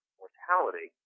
mortality